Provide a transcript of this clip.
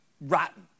rotten